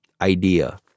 idea